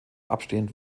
abstehend